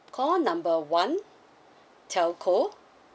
call number one telco